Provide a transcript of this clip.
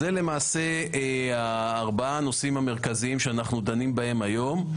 זה למעשה ארבעת הנושאים המרכזיים שאנחנו דנים בהם היום.